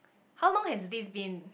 how long has this been